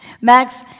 Max